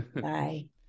Bye